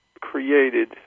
created